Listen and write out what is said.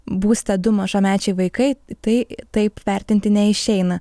būste du mažamečiai vaikai tai taip vertinti neišeina